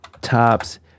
Tops